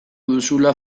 duzula